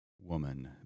woman